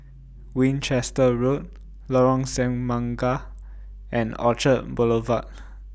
Winchester Road Lorong Semangka and Orchard Boulevard